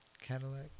Cadillac